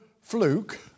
fluke